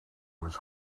was